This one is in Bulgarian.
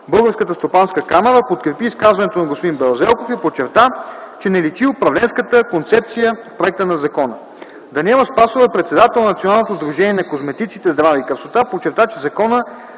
Българската стопанска камара, подкрепи изказването на господин Белазелков и подчерта, че не личи управленската концепция в проекта на закона. Даниела Спасова – председател на Националното сдружение на козметиците „Здраве и красота”, подчерта, че Законът